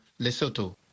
Lesotho